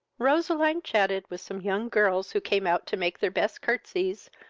roseline chatted with some young girls who came out to make their best curtesies,